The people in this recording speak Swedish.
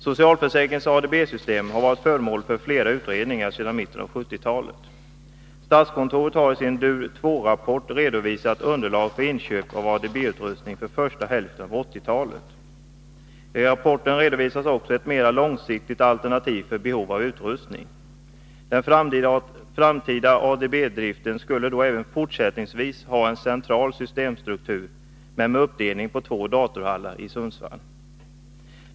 Socialförsäkringens ADB-system har varit föremål för flera utredningar sedan mitten av 1970-talet. Statskontoret har i sin DUR 2-rapport redovisat underlag för inköp av ADB-utrustning för första hälften av 1980-talet. I rapporten redovisas också ett mera långsiktigt alternativ för behovet av utrustning. Den framtida ADB-driften skulle då även fortsättningsvis ha en central systemstruktur men med uppdelning på två datorhallar i Sundsvall.